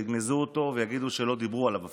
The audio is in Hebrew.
שיגנזו אותו ויגידו שלא ידברו עליו אפילו.